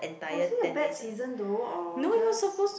was it a bad season though or just